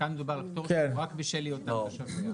כאן מדובר הפטור רק בשל היותם תושביה.